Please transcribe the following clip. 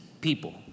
people